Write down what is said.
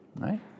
right